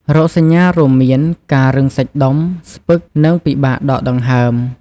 រោគសញ្ញារួមមានការរឹងសាច់ដុំ ស្ពឹក និងពិបាកដកដង្ហើម។